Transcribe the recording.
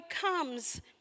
comes